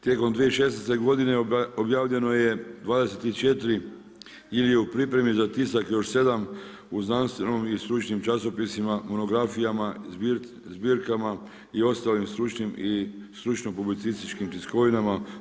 Tijekom 2016. godine objavljeno je 24 ili u pripremi za tisak još 7 znanstvenih i stručnih časopisa, monografija, zbirka i ostalih stručnih i stručno-publicističkih tiskovinama.